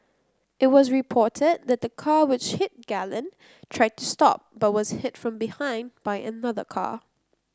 it was reported that the car which hit Galen tried to stop but was hit from behind by another car